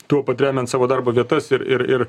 tuo pat remiant savo darbo vietas ir ir ir